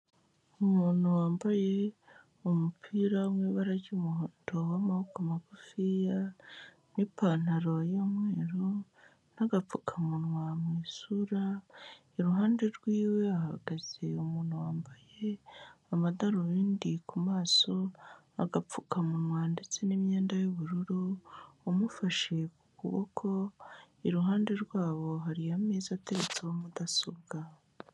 Umuntu wambaye umupira w'ibara ry'umuhondo w'amaboko magufi n'ipantaro y'umweru n'agapfukamunwa mu isura, iruhande rw'iwe hahagaze umuntu wambaye amadarubindi ku maso, agapfukamunwa ndetse n'imyenda y'ubururu umufashe ku kuboko, iruhande rwabo hariyo ameza ateretseho mudasobwa.